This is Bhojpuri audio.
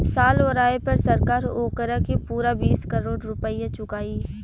साल ओराये पर सरकार ओकारा के पूरा बीस करोड़ रुपइया चुकाई